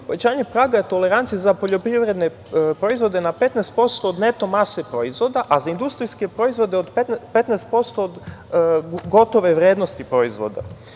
uvećanje praga tolerancije za poljoprivredne proizvode na 15% od neto mase proizvoda, a za industrijske proizvode od 15% od gotove vrednosti proizvoda,